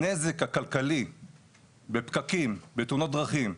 הנזק הכללי בפקקים, בתאונות דרכים,